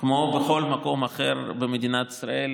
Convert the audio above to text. כמו בכל מקום אחר במדינת ישראל,